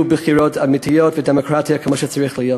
בחירות אמיתיות ודמוקרטיות כמו שצריך להיות.